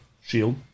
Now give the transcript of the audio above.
shield